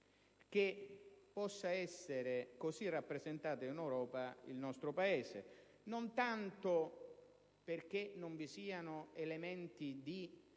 che possa essere così rappresentato in Europa il nostro Paese, non tanto perché non vi siano elementi di